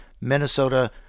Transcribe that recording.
Minnesota